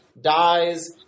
dies